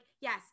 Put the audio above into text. yes